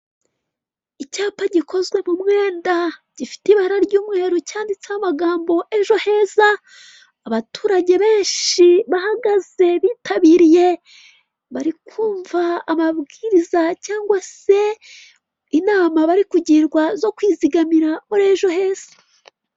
Icyapa gikozwe mu mwenda, gifite ibara ry'umweru cyanditseho amagambo, ejo heza, abaturage benshi bahagaze bitabiriye barikumva amabwiriza cyangwa se inama bari kugirwa zo kwizigamira muri ejo heza.